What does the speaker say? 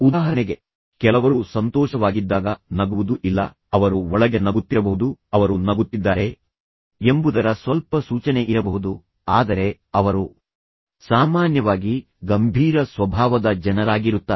ಉದಾಹರಣೆಗೆ ಕೆಲವರು ಸಂತೋಷವಾಗಿದ್ದಾಗ ನಗುವುದೂ ಇಲ್ಲ ಅವರು ಒಳಗೆ ನಗುತ್ತಿರಬಹುದು ಅವರು ನಗುತ್ತಿದ್ದಾರೆ ಎಂಬುದರ ಸ್ವಲ್ಪ ಸೂಚನೆಯಿರಬಹುದು ಆದರೆ ಅವರು ಸಾಮಾನ್ಯವಾಗಿ ಗಂಭೀರ ಸ್ವಭಾವದ ಜನರಾಗಿರುತ್ತಾರೆ